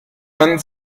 man